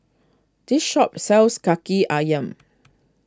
this shop sells Kaki Ayam